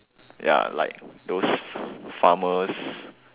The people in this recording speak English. ya like those farmers